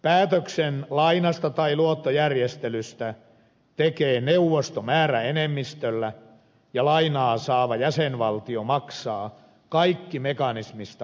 päätöksen lainasta tai luottojärjestelystä tekee neuvosto määräenemmistöllä ja lainaa saava jäsenvaltio maksaa kaikki mekanismista aiheutuvat kulut